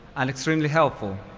and extremely helpful,